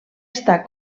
està